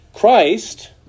Christ